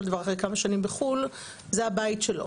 דבר אחרי כמה שנים בחו"ל זה הבית שלו.